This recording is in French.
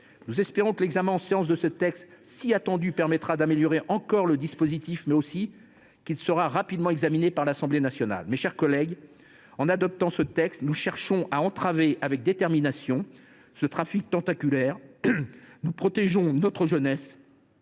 Nous espérons que l’examen en séance de ce texte, si attendu, permettra d’améliorer encore le dispositif. Nous espérons aussi qu’il sera rapidement examiné par l’Assemblée nationale. Mes chers collègues, en adoptant ce texte, nous cherchons à entraver avec détermination ce trafic tentaculaire. Nous protégeons notre jeunesse,